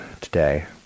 today